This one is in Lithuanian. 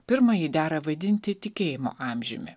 pirmąjį dera vadinti tikėjimo amžiumi